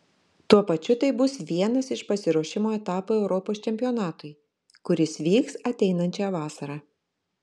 tuo pačiu tai bus vienas iš pasiruošimo etapų europos čempionatui kuris vyks ateinančią vasarą